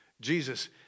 Jesus